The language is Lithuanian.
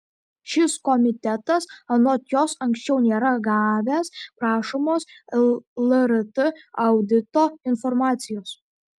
šis komitetas anot jos anksčiau nėra gavęs prašomos lrt audito informacijos